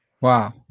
Wow